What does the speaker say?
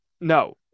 no